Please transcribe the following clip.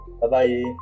Bye-bye